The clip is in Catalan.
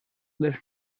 les